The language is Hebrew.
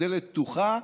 הדלת פתוחה,